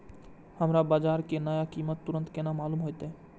हमरा बाजार के नया कीमत तुरंत केना मालूम होते?